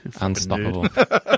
Unstoppable